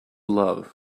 love